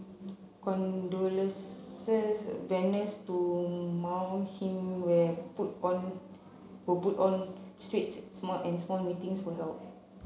condolence banners to mourn him were put on were put on streets small and small meetings was held